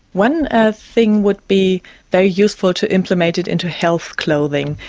one ah thing would be very useful to implement it into health clothing.